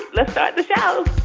let's start the show